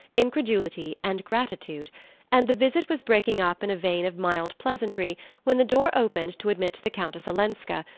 incredulity and gratitude and the visit was breaking up in a vein of mild pleasantry when the door opened to admit the countess olenska,